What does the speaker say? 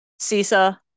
CISA